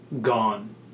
gone